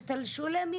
שתלשו להם,